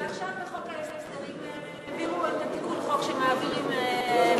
ועכשיו בחוק ההסדרים העבירו את תיקון החוק שמעבירים מידע,